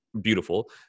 beautiful